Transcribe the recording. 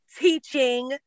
teaching